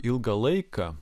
ilgą laiką